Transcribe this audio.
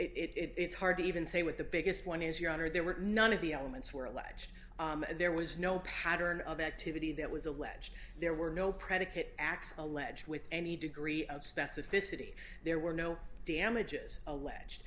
review it it's hard to even say what the biggest one is your honor there were none of the elements were alleged there was no pattern of activity that was alleged there were no predicate acts alleged with any degree of specificity there were no damages alleged